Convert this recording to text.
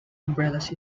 umbrellas